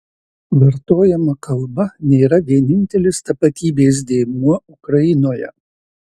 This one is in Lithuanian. vartojama kalba nėra vienintelis tapatybės dėmuo ukrainoje